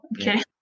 Okay